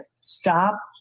stop